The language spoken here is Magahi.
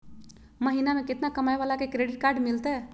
महीना में केतना कमाय वाला के क्रेडिट कार्ड मिलतै?